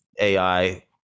ai